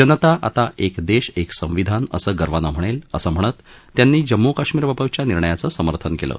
जनता आता एक दक्षीएक संविधान असं गर्वानं म्हणत्तअसं म्हणत त्यांनी जम्मू काश्मीरबाबतच्या निर्णयाचं समर्थन कलि